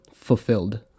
fulfilled